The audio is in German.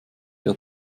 der